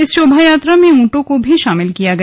इस शोभायात्रा में ऊंटों को भी शामिल किया गया